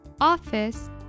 office